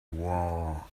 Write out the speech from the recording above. wall